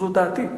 זאת דעתי,